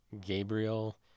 Gabriel